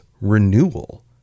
renewal